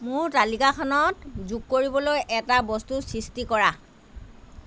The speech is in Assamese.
মোৰ তালিকাখনত যোগ কৰিবলৈ এটা বস্তুৰ সৃষ্টি কৰা